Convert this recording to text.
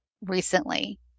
recently